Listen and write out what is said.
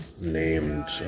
named